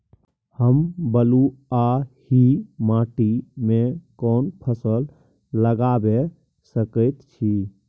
हम बलुआही माटी में कोन फसल लगाबै सकेत छी?